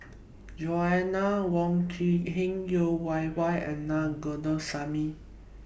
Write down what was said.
Joanna Wong Quee Heng Yeo Wei Wei and Na Govindasamy